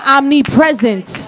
omnipresent